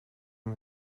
hem